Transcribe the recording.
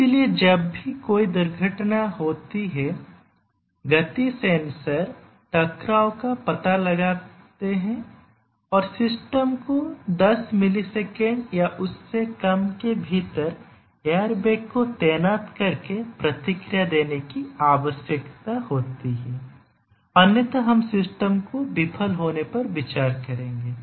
इसलिए जब भी कोई दुर्घटना होती है गति सेंसर टकराव का पता लगाते हैं और सिस्टम को दस मिलीसेकेंड या उससे कम के भीतर एयरबैग को तैनात करके प्रतिक्रिया देने की आवश्यकता होती है अन्यथा हम सिस्टम को विफल होने पर विचार करेंगे